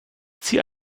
zieh